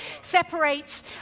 separates